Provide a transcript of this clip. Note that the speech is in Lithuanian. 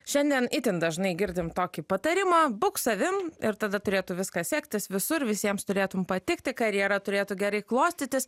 šiandien itin dažnai girdim tokį patarimą būk savim ir tada turėtų viskas sektis visur visiems turėtum patikti karjera turėtų gerai klostytis